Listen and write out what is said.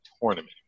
tournament